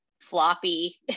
floppy